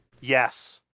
Yes